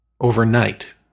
overnight